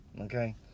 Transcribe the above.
okay